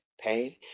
pain